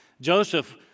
Joseph